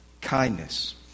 kindness